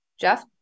Jeff